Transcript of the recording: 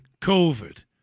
COVID